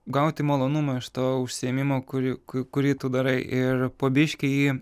gauti malonumą iš to užsiėmimo kuri ku kurį tu darai ir po biškį jį